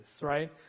right